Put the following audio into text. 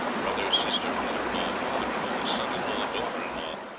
brother, sister, mother-in-law, father-in-law, son-in-law, daughter-in-law,